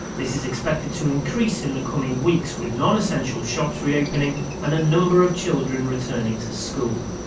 this is expected to increase in the coming weeks with non-essential shops reopening and a number of children returning to school.